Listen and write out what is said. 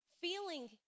feeling